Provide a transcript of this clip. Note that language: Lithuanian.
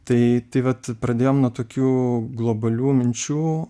tai vat pradėjom nuo tokių globalių minčių